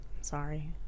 Sorry